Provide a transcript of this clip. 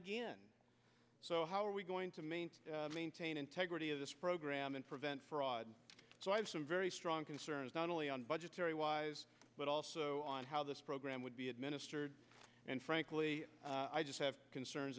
again so how are we going to maintain maintain integrity of this program and prevent fraud so i have some very strong concerns not only on budgetary wise but also on how this program would be administered and frankly i just have concerns